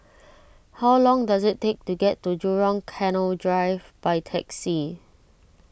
how long does it take to get to Jurong Canal Drive by taxi